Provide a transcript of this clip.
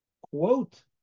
quote